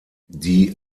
die